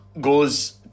goes